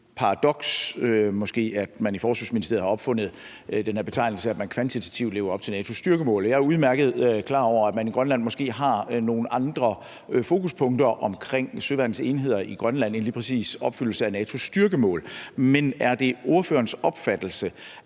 måske, at man i Forsvarsministeriet har opfundet den her betegnelse, at man kvantitativt lever op til NATO's styrkemål. Jeg er udmærket klar over, at man i Grønland måske har nogle andre fokuspunkter omkring søværnets enheder i Grønland end lige præcis opfyldelse af NATO's styrkemål. Men er det ordførerens opfattelse,